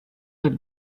let